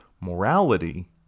Morality